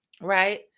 Right